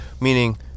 Meaning